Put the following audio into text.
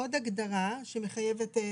יש לנו פה עוד הגדרה שמחייבת התייחסות.